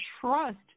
trust